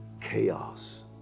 chaos